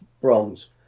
bronze